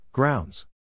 Grounds